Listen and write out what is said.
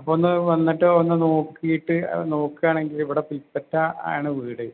അപ്പം ഒന്ന് വന്നിട്ട് ഒന്ന് നോക്കിയിട്ട് നോക്കുകയാണെങ്കിൽ ഇവിടെ പുൽപ്പറ്റ ആണ് വീട്